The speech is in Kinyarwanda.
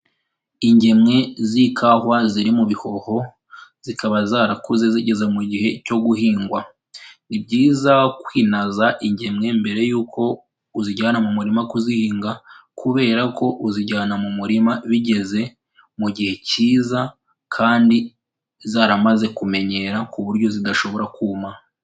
Ingemwe z'ikawa ziri mu bihoho zikaba zarakuze zigeze mu gihe cyo guhingwa, ni byiza kwinaza ingemwe mbere yuko uzijyana mu murima kuzihinga kubera ko uzijyana mu murima bigeze mu gihe cyiza kandi zaramaze kumenyera ku buryo zidashobora kuma.